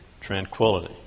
tranquility